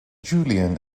julian